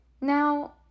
Now